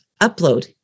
upload